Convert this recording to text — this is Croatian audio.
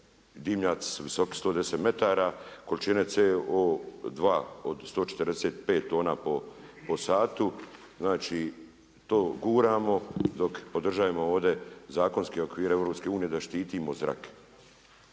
dimnjaci su visoki 110m, količine CO2 od 145 tona po satu, znači to guramo dok podržavamo ovdje zakonske okvire EU da štitimo zrak.